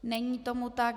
Není tomu tak.